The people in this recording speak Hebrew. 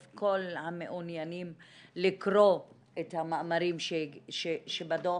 את כל המעוניינים לקרוא את המאמרים שבדוח.